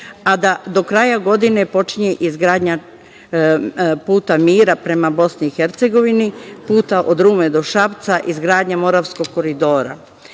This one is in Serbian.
a do kraja godine počinje i izgradnja puta mira prema BiH, puta od Rume do Šapca, izgradnja Moravskog koridora